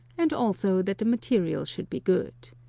and also that the material should be good.